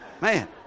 Man